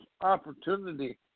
opportunity